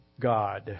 God